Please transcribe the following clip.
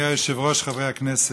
אדוני היושב-ראש, חברי הכנסת,